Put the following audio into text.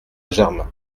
germain